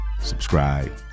Subscribe